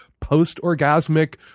post-orgasmic